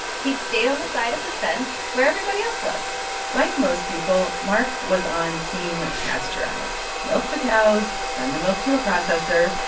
he'd stayed on the side of the fence where everybody else was like most people, mark was on team pasteurized. milk the cows, send the milk to a processor,